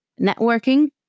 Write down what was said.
networking